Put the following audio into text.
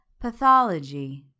Pathology